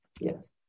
yes